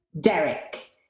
Derek